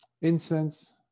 incense